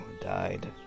died